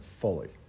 fully